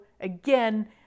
again